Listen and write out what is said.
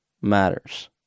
matters